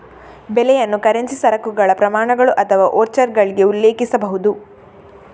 ಬೆಲೆಯನ್ನು ಕರೆನ್ಸಿ, ಸರಕುಗಳ ಪ್ರಮಾಣಗಳು ಅಥವಾ ವೋಚರ್ಗಳಿಗೆ ಉಲ್ಲೇಖಿಸಬಹುದು